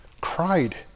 cried